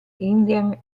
indian